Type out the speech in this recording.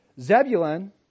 Zebulun